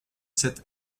sept